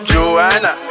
Joanna